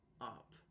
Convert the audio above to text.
up